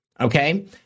Okay